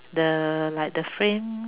the like the frame